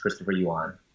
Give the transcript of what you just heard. ChristopherYuan